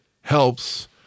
helps